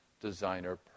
designer